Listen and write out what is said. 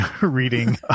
reading